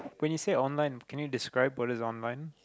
when you say online can you describe what is online